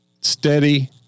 steady